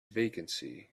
vacancy